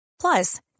Plus